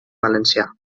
valencià